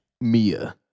Mia